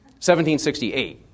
1768